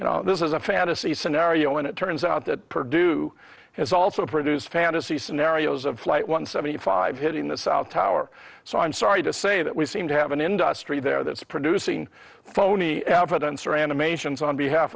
you know this is a fantasy scenario and it turns out that purdue has also produced fantasy scenarios of flight one seventy five hitting the south tower so i'm sorry to say that we seem to have an industry there that's producing phony evidence or animations on behalf